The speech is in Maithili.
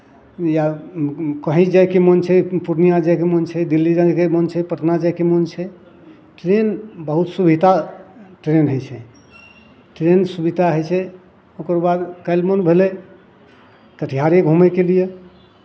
या कहीं जायके मोन छै पूर्णिया जायके मोन छै दिल्ली जायके मोन छै पटना जायके मोन छै ट्रेन बहुत सुविधा ट्रेन होइ छै ट्रेन सुविधा होइ छै ओकर बाद काल्हि मोन भेलै कटिहारे घूमयके लिए